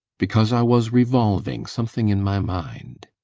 because i was revolving something in my mind.